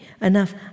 Enough